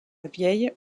vieille